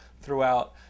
throughout